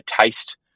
taste